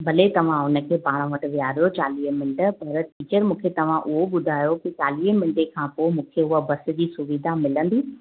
भले तव्हां हुनखे पाण वटि वेहारियो चालीह मिंट पर टीचर मूंखे तव्हां उहो ॿुधायो की चालीहे मिंटे खां पोइ मूंखे उहा बस जी सुविधा मिलंदी